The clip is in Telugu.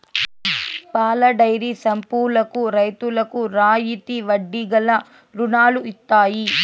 పాలడైరీ సంఘాలకు రైతులకు రాయితీ వడ్డీ గల రుణాలు ఇత్తయి